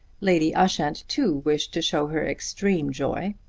lady ushant too wished to show her extreme joy,